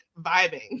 vibing